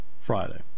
Friday